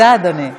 תודה, אדוני.